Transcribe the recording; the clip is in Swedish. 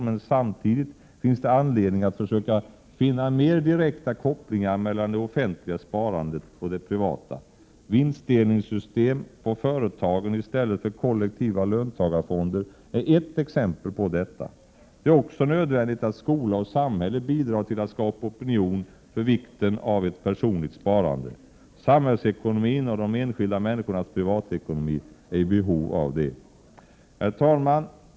Men samtidigt finns det anledning att försöka finna mer direkta kopplingar mellan det offentliga sparandet och det privata. Vinstdelningssystem på företagen i stället för kollektiva löntagarfonder är ett exempel på detta. Det är också nödvändigt att skola och samhälle bidrar till att skapa opinion för vikten av ett personligt sparande. Samhällsekonomin och de enskilda människornas privatekonomi är i behov av detta. Herr talman!